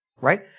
right